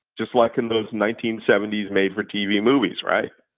just like in those nineteen seventy s made for tv movies, right?